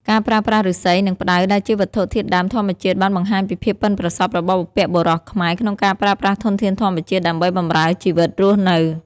ការប្រើប្រាស់ឫស្សី និងផ្តៅដែលជាវត្ថុធាតុដើមធម្មជាតិបានបង្ហាញពីភាពប៉ិនប្រសប់របស់បុព្វបុរសខ្មែរក្នុងការប្រើប្រាស់ធនធានធម្មជាតិដើម្បីបម្រើជីវិតរស់នៅ។